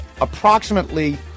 approximately